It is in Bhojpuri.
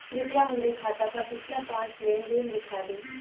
कृपया हमरे खाता क पिछला पांच लेन देन दिखा दी